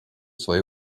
свое